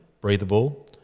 breathable